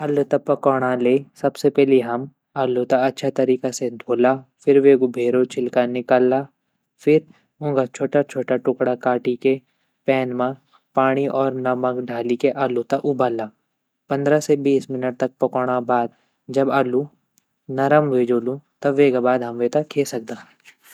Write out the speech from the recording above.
आलू त पाकोंणा ले सबसे पैली हम आलू त अच्छा तरीक़ा से ध्वोला फिर वेगू भैरो छिलका निकला फिर ऊँगा छोटा छोटा टुकड़ा काटी के पैन म पाणी और नमक डाली के आलू त उबँला पंद्रा से बीस मिनट तक पकोंणा बाद जब आलू नरम वे जोलू त वेगा बाद हम वेता खे सकदा।